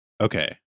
Okay